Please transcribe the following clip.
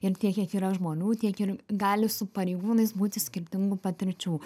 ir tiek kiek yra žmonių tiek ir gali su pareigūnais būti skirtingų patirčių